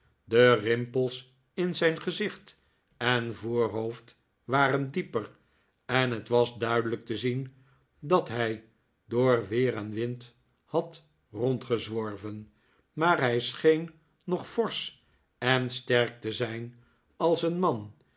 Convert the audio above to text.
de rimpels in zijn gezicht en voorhoofd waren dieper en het was duidelijk te zien dat hij door weer en wind had rondgezworven maar hij scheen nog forsch en sterk te zijn als een man